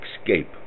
Escape